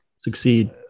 succeed